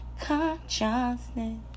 consciousness